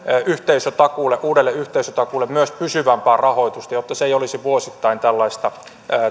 yhteisötakuulle uudelle yhteisötakuulle myös pysyvämpää rahoitusta jotta se ei olisi vuosittain tällaista